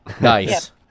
Nice